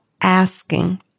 asking